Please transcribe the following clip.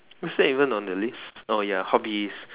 is that even on the list oh ya hobbies